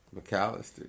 McAllister